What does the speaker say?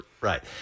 Right